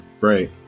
Right